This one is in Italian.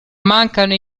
mancano